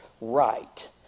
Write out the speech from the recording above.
right